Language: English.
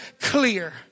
clear